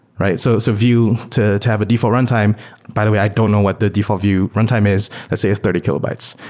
so so vue, to to have a default runtime by the way, i don't know what the default vue runtime is. let's say it's thirty kilobytes.